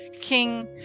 King